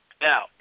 Now